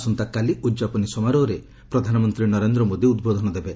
ଆସନ୍ତାକାଲି ଉଦ୍ଯାପନୀ ସମାରୋହରେ ପ୍ରଧାନମନ୍ତ୍ରୀ ନରେନ୍ଦ୍ର ମୋଦି ଉଦ୍ବୋଧନ ଦେବେ